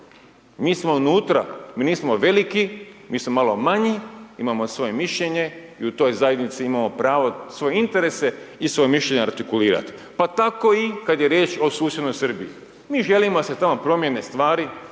Mi smo unutra, mi nismo veliki, mi smo malo manji, imamo svoje mišljenje i u toj zajednici imamo pravo svoje interese i svoja mišljenja artikulirati, pa tako i kad je riječ o susjednoj Srbiji. Mi želimo da se tamo promijene stvari,